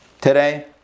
today